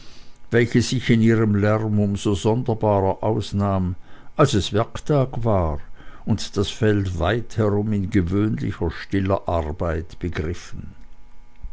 welche sich in ihrem lärm um so sonderbarer ausnahm als es werktag war und das feld weit herum in gewöhnlicher stiller arbeit begriffen